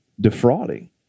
defrauding